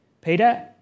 Peter